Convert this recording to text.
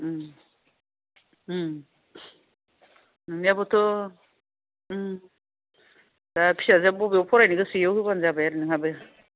उम उम नोंनियाबोथ' उम दा फिसाजोआ बबेयाव फरायनो गोसो एयावनो होबानो जाबाय आरो नोंहाबो